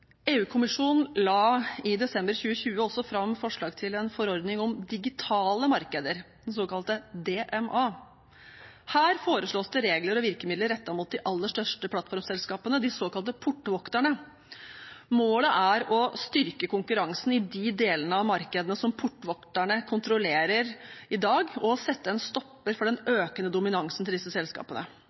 la i desember 2020 også fram forslag til en forordning om digitale markeder, den såkalte Digital Markets Act, DMA. Her foreslås det regler og virkemidler rettet mot de aller største plattformselskapene, de såkalte portvokterne. Målet er å styrke konkurransen i de delene av markedene som portvokterne kontrollerer i dag, og å sette en stopper for den økende dominansen til disse selskapene.